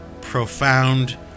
profound